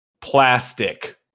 plastic